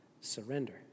surrender